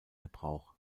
gebrauch